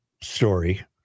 story